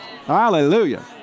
Hallelujah